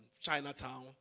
Chinatown